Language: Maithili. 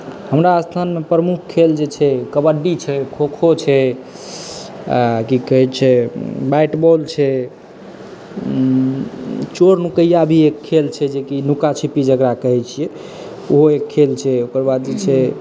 हमरा स्थानमे प्रमुख खेल जे छै कबड्डी छै खोखो छै कि कहै छै बैट बॉल छै चोर नुकैआ भी एक खेल छै जेकि नुका छिपी जकरा कहै छी ओहो एक खेल छै ओकर बाद जे छै